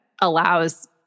allows